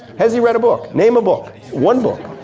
has he read a book? name a book. one book.